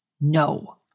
No